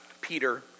Peter